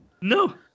No